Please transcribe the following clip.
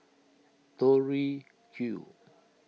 Tori Q